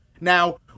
now